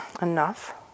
enough